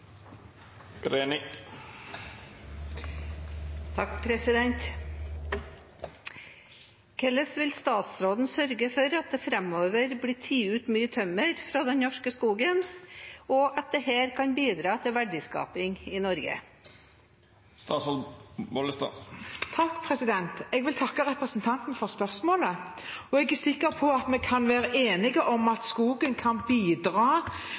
vil statsråden syta for at ein framover tek ut mykje tømmer frå den norske skogen og at dette skal bidra til verdiskaping i Noreg?» Jeg vil takke representanten Greni for spørsmålet. Jeg er sikker på at vi kan være enige om at skogen kan bidra